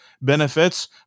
benefits